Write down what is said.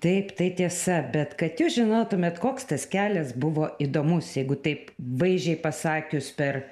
taip tai tiesa bet kad jūs žinotumėt koks tas kelias buvo įdomus jeigu taip vaizdžiai pasakius per